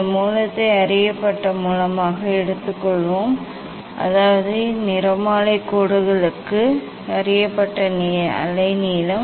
இந்த மூலத்தை அறியப்பட்ட மூலமாக எடுத்துக்கொள்வோம் அதாவது நிறமாலை கோடுகளுக்கு அறியப்பட்ட அலைநீளம்